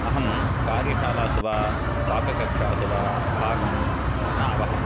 अहं कार्यशालासु वा पाककक्षासु वा भागं न अवहम्